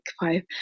five